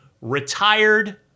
retired